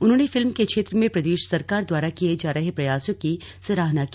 उन्होंने फिल्म के क्षेत्र में प्रदेश सरकार द्वारा किये जा रहे प्रयासों की सराहना की